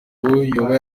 yoba